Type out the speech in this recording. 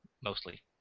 mostly